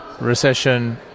recession